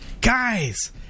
Guys